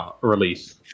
release